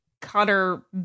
cutter